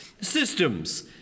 systems